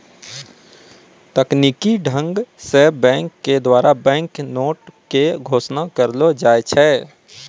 तकनीकी ढंग से बैंक के द्वारा बैंक नोट के घोषणा करलो जाय छै